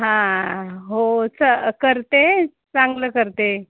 हां हो स करते चांगलं करते